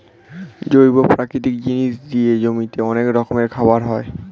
জৈব প্রাকৃতিক জিনিস দিয়ে জমিতে অনেক রকমের খাবার হয়